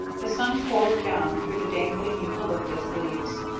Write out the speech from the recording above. the sun poured down through the dangling eucalyptus leaves.